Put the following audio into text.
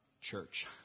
church